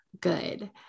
good